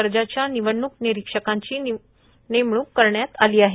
दर्जाच्या निवडणूक निरीक्षकांची नेमणूक करण्यात आली आहे